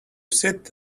sit